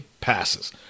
passes